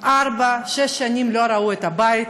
ארבע שנים, שש שנים, לא ראו את הבית.